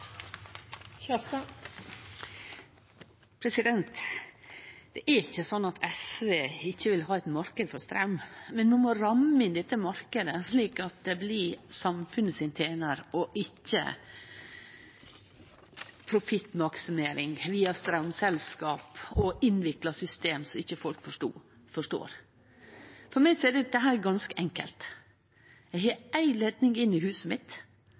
ikkje vil ha ein marknad for straum, men ein må ramme inn den marknaden slik at han tener samfunnet og ikkje profittmaksimering via straumselskap og innvikla system som folk ikkje forstår. For meg er dette ganske enkelt: Eg har éi leidning inn i huset mitt,